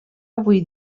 avui